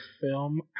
film